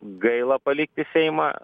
gaila palikti seimą